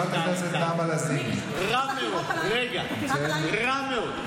רע מאוד, רע מאוד.